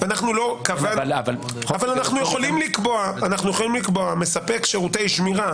אבל אנחנו יכולים לקבוע: "מספק שירותי שמירה"